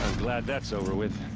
glad that's over with.